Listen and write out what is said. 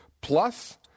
plus